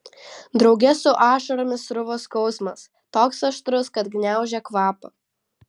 drauge su ašaromis sruvo skausmas toks aštrus kad gniaužė kvapą